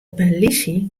polysje